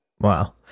Wow